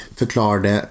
förklarade